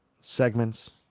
Segments